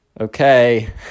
okay